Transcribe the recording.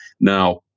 Now